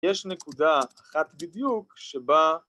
‫יש נקודה אחת בדיוק שבה...